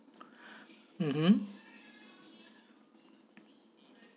mmhmm